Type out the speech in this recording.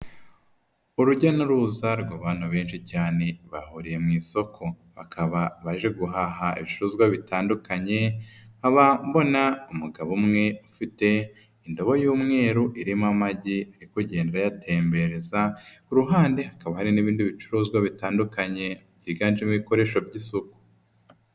Urujya n'uruza rw'abantu benshi cyane bahuriye mu isoko, bakaba baje guhaha ibicuruzwa bitandukanye, nkaba mbona umugabo umwe ufite indobo y'umweru irimo amagi, ari kugenda ayatembereza, ku ruhande hakaba hari n'ibindi bicuruzwa bitandukanye, byiganjemo ibikoresho by'isuku.